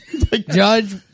Judge